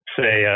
say